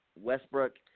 Westbrook